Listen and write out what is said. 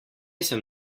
sem